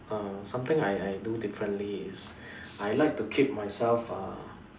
err something I I do differently is I like to keep myself uh